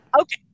Okay